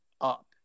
up